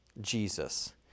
Jesus